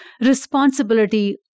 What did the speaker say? responsibility